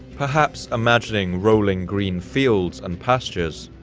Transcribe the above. perhaps imagining rolling green fields and pastures,